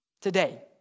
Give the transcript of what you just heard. today